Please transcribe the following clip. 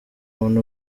muntu